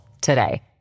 today